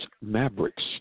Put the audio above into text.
Mavericks